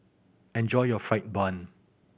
enjoy your fried bun